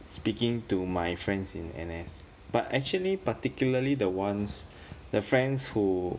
speaking to my friends in N_S but actually particularly the ones the friends who